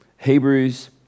Hebrews